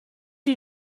you